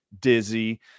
dizzy